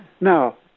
Now